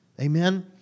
Amen